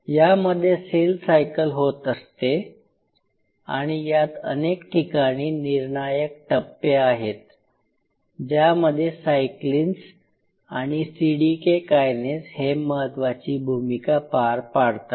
यामध्ये cell cycle होत असते आणि यात अनेक ठिकाणी निर्णायक टप्पे आहेत ज्यामध्ये सायक्लीन्स आणि सीडीके कायनेज हे महत्वाची भूमिका पार पाडतात